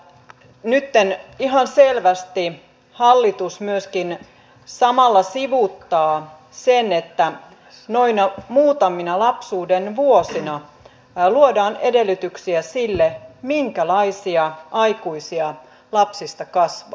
nytten ihan selvästi hallitus myöskin samalla sivuuttaa sen että noina muutamina lapsuuden vuosina luodaan edellytyksiä sille minkälaisia aikuisia lapsista kasvaa